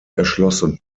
erschlossen